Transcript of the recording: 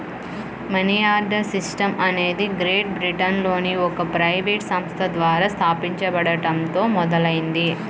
money order system అనేది Great బ్రిటన్లోని ఒక ప్రైవేట్ సంస్థ ద్వారా స్థాపించబడటంతో మొదలైంది